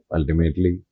Ultimately